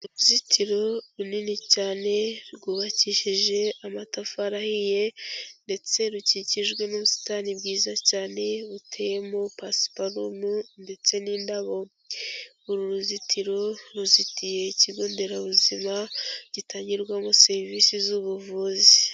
Uruzitiro runini cyane rwubakishije amatafari ahiye ndetse rukikijwe n'ubusitani bwiza cyane buteyemo pasiparumu ndetse n'indabo, uru ruzitiro ruzitiye ikigo nderabuzima gitangirwamo serivisi z'ubuvuzi.